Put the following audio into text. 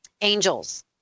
angels